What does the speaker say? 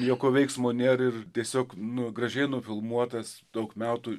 jokio veiksmo nėr ir tiesiog nu gražiai nufilmuotas daug metų